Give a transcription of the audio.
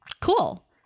Cool